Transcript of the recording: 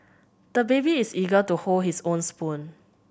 the baby is eager to hold his own spoon